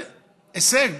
זה הישג,